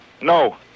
No